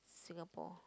Singapore